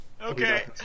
Okay